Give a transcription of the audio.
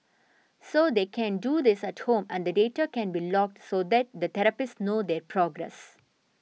so they can do this at home and the data can be logged so that the therapist knows their progress